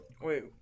Wait